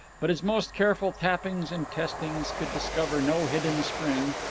but his most careful tappings and testings could discover no hidden spring,